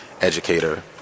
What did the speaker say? educator